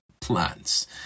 plants